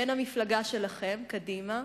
בן המפלגה שלכם, קדימה,